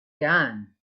gun